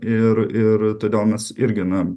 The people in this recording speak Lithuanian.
ir ir todėl mes irgi na